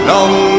Long